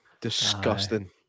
Disgusting